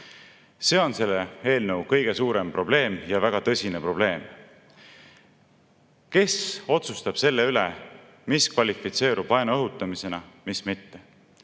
See on selle eelnõu kõige suurem probleem ja väga tõsine probleem. Kes otsustab selle üle, mis kvalifitseerub vaenu õhutamisena, mis